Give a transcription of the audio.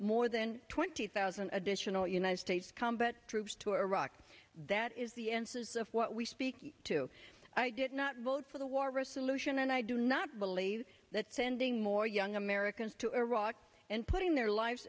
more than twenty thousand additional united states combat troops to iraq that is the essence of what we speak to i did not vote for the war resolution and i do not believe that sending more young americans to iraq and putting their lives